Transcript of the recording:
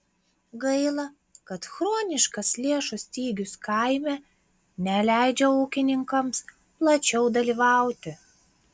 gaila kad chroniškas lėšų stygius kaime neleidžia ūkininkams plačiau dalyvauti